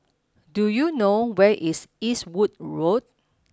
do you know where is Eastwood Road